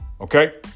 Okay